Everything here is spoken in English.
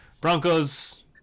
Broncos